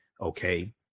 okay